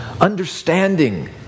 Understanding